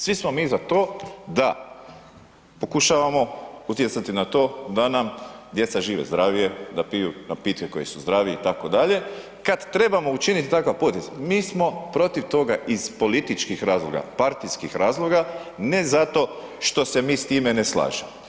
Svi smo mi za to da pokušavamo utjecati na to da nam djeca žive zdravije da piju napitke koji su zdraviji itd., kad trebamo učiniti takav potez mi smo protiv toga iz političkih razloga, partijskih razloga, ne zato što se mi s time ne slažemo.